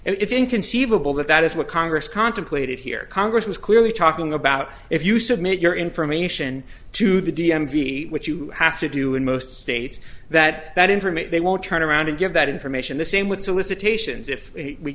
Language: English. it's inconceivable that that is what congress contemplated here congress was clearly talking about if you submit your information to the d m v which you have to do in most states that that information they won't turn around and give that information the same with